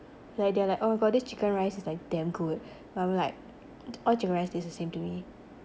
like they're like oh my god this chicken rice is like damn good but I'm like all chicken rice tastes the same to me